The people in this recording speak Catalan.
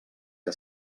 que